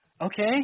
Okay